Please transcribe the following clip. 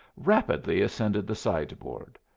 rapidly ascended the sideboard.